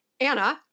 Anna